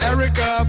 Erica